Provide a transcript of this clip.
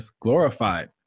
glorified